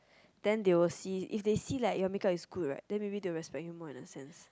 then they will see if they see like your makeup is good right then maybe they will respect more on the sense